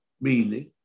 Meaning